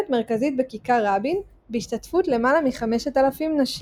מרכזית בכיכר רבין בהשתתפות למעלה מ-5,000 נשים.